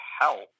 help